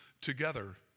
together